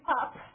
up